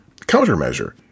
countermeasure